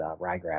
ryegrass